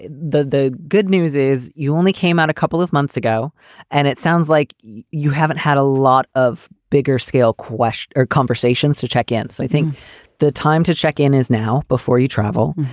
the the good news is you only came out a couple of months ago and it sounds like you haven't had a lot of bigger scale quashed conversations to check in. i think the time to check in is now before you travel.